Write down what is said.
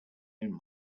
own